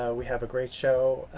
ah we have a great show